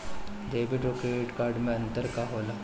Debit और credit card मे अंतर का होला?